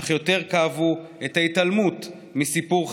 אך יותר כאבו את ההתעלמות מסיפור חייהם,